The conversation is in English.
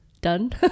done